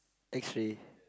X-Ray